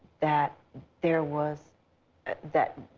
that there was that,